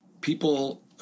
people